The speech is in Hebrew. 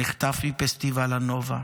נחטף מפסטיבל הנובה,